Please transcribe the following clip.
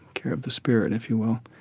care of the spirit, if you will.